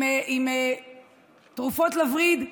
עם תרופות לווריד,